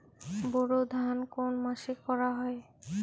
বোরো ধান কোন মাসে করা হয়?